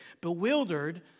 Bewildered